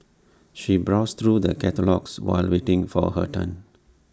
she browsed through the catalogues while waiting for her turn